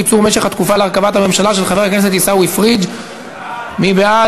קיצור משך התקופה להרכבת הממשלה) של חבר הכנסת עיסאווי פריג'.